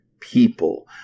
people